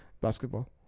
basketball